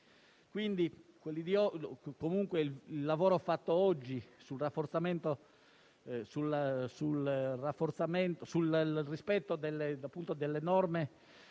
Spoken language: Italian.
temi. Il lavoro fatto oggi sul rispetto delle norme